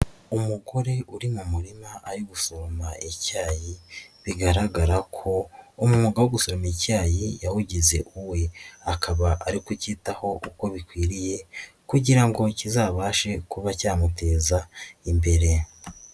Umugore uri mu murima ari gusoroma icyayi bigaragara ko umwuga wo gusuroma icyayi yawugize uwe, akaba ari kucyitaho uko bikwiriye kugira ngo kizabashe kuba cyamuteza imbere.